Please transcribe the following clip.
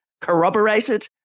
corroborated